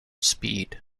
speed